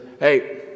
hey